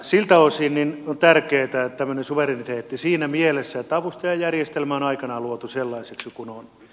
siltä osin on tärkeää tämmöinen suvereniteetti siinä mielessä että avustajajärjestelmä on aikanaan luotu sellaiseksi kuin on